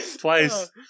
twice